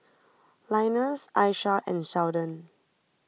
Linus Aisha and Seldon